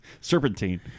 Serpentine